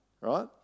Right